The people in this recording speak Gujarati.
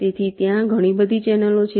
તેથી ત્યાં ઘણી બધી ચેનલો છે